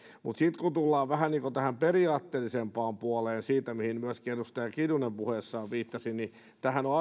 mutta sitten kun tullaan vähän niin kuin tähän periaatteellisempaan puoleen siitä mihin myöskin edustaja kiljunen puheessaan viittasi niin tämähän on